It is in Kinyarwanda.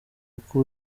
uko